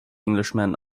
englishman